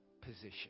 position